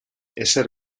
ezer